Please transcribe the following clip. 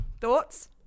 Thoughts